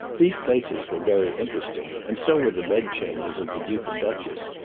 these places were very interesting, and so were the bedchambers of the duke and duchess,